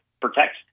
protect